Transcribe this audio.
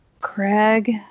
Craig